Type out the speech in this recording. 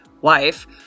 wife